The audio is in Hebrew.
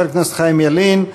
חבר הכנסת חיים ילין.